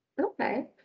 Okay